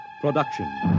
production